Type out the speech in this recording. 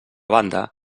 banda